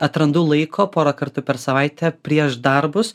atrandu laiko porą kartų per savaitę prieš darbus